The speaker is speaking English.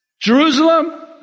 Jerusalem